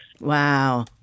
Wow